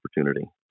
opportunity